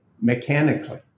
mechanically